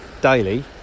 daily